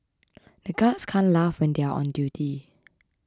the guards can't laugh when they are on duty